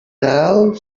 general